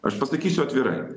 aš pasakysiu atvirai